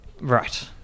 Right